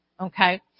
Okay